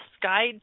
guide